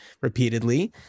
repeatedly